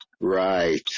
right